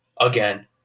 again